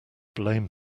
blame